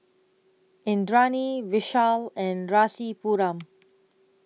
Indranee Vishal and Rasipuram